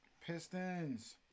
Pistons